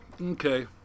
Okay